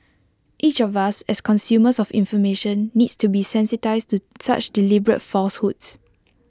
each of us as consumers of information needs to be sensitised to such deliberate falsehoods